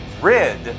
rid